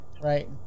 right